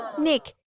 Nick